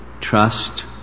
trust